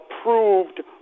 approved